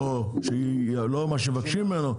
אולי לא בסדר לומר שהוא יעשה מה שמבקשים ממנו,